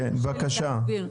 כן בבקשה.